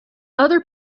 other